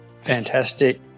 Fantastic